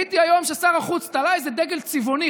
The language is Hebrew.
ראיתי היום ששר החוץ תלה איזה דגל צבעוני.